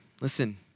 listen